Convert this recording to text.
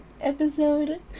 episode